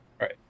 Right